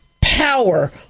power